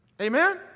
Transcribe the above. Amen